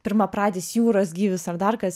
pirmapradis jūros gyvis ar dar kas